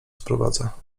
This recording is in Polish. sprowadza